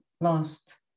lost